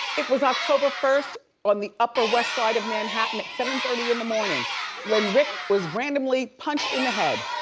it was october first on the upper west side of manhattan at seven thirty in the morning when rick was randomly punched in the head.